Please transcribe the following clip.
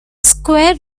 square